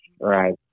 right